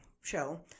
show